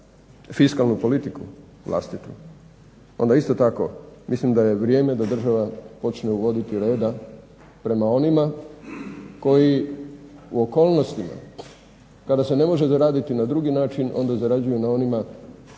fiskalnu politiku vlastitu onda isto tako mislim da je vrijeme da država počne uvoditi reda prema onima koji u okolnostima kada se ne može zaraditi na drugi način onda zarađuju na onima,